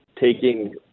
taking